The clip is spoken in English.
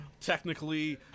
technically